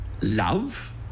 love